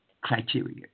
criteria